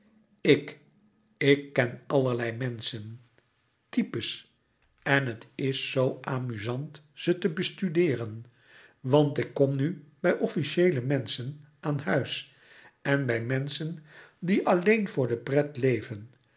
ik ken louis couperus metamorfoze allerlei menschen types en het is zoo amuzant ze te bestudeeren want ik kom nu bij officieele menschen aan huis en bij menschen die alleen voor de pret leven